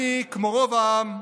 אני, כמו רוב העם,